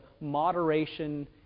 moderation